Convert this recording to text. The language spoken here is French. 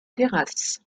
terrasses